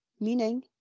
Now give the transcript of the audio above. meaning